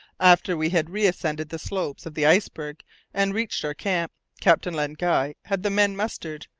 after we had reascended the slopes of the iceberg and reached our camp, captain len guy had the men mustered.